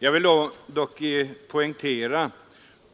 Jag vill dock poängtera